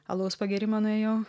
alaus pagėrimą nuėjau